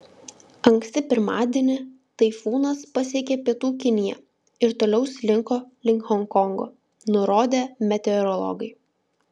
anksti pirmadienį taifūnas pasiekė pietų kiniją ir toliau slinko link honkongo nurodė meteorologai